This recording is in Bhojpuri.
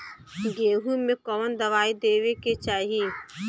गेहूँ मे कवन दवाई देवे के चाही?